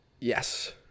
Yes